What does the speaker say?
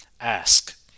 ask